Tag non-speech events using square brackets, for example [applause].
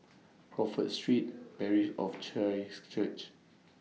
Crawford Street Parish of [unintelligible] Church